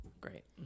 Great